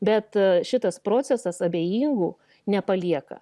bet šitas procesas abejingų nepalieka